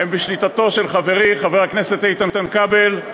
הן בשליטתו של חברי חבר הכנסת איתן כבל,